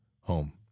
home